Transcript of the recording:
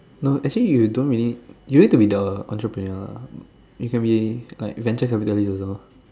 no actually you don't really you need to be the entrepreneur you can be like venture capitalist also